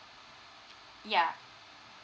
yeah